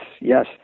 yes